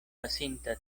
pasinta